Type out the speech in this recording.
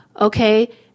okay